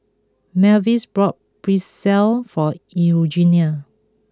Mavis bought Pretzel for Eugenie